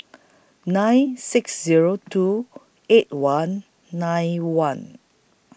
nine six Zero two eight one nine one